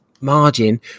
margin